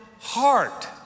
heart